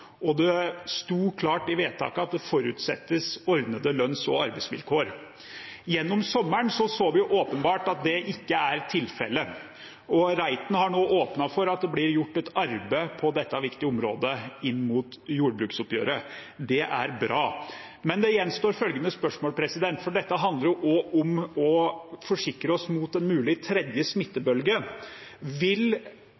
og det sto klart i vedtaket at det forutsettes ordnede lønns- og arbeidsvilkår. Gjennom sommeren så vi at det åpenbart ikke er tilfelle. Representanten Reiten har nå åpnet for at det kan bli gjort et arbeid på dette viktige området inn mot jordbruksoppgjøret. Det er bra. Men følgende spørsmål gjenstår, for dette handler også om å forsikre oss mot en mulig tredje